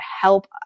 help